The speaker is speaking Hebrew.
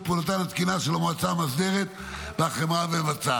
פעולתן התקינה של המועצה המאסדרת והחברה המבצעת.